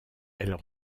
elles